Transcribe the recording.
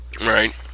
Right